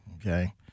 Okay